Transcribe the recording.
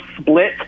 split